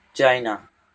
China